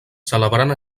celebrant